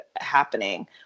happening